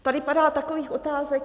Tady padá takových otázek.